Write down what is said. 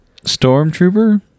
Stormtrooper